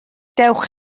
dewch